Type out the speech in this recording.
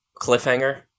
cliffhanger